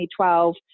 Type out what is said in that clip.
2012